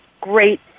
great